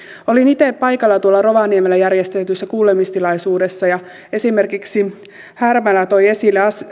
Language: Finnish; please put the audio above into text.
olin itse paikalla rovaniemellä järjestetyssä kuulemistilaisuudessa esimerkiksi härmälä toi esille